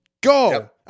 Go